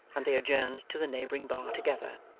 and they adjourned to the neighbouring bar together.